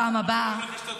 גם היום אני אומר את זה.